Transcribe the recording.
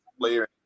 player